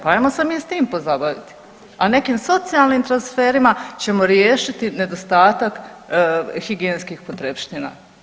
Pa hajmo se mi sa tim pozabaviti, a nekim socijalnim transferima ćemo riješiti nedostatak higijenskih potrepština.